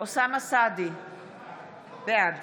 אוסאמה סעדי, בעד